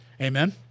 Amen